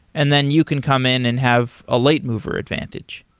and then you can come in and have a late mover advantage.